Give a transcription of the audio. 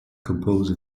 compose